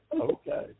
Okay